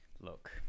look